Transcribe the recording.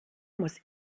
muss